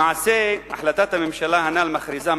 למעשה, החלטת הממשלה הנ"ל מכריזה,